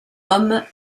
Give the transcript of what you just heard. homme